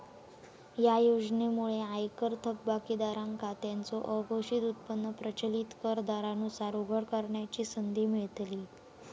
या योजनेमुळे आयकर थकबाकीदारांका त्यांचो अघोषित उत्पन्न प्रचलित कर दरांनुसार उघड करण्याची संधी मिळतली